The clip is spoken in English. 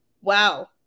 Wow